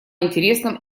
интересном